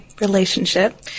relationship